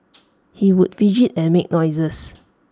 he would fidget and make noises